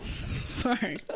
Sorry